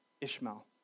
Ishmael